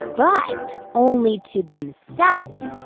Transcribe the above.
but only to themselves.